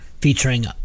featuring